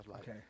Okay